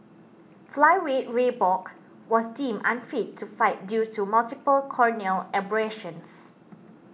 Flyweight Ray Borg was deemed unfit to fight due to multiple corneal abrasions